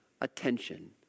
attention